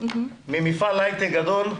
ממפעל הייטק גדול,